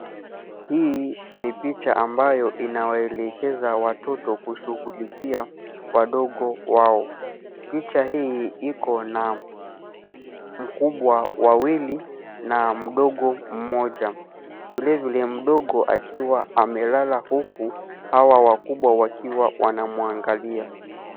Hii ni picha ambayo inayowaelekeza watoto kushughulikia wadogo wao. Picha hii iko na mkubwa wawili na mdogo mmoja, vile vile, mdogo akiwa amelala huku hawa wakubwa wakiwa wanamwangalia.